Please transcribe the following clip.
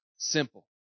simple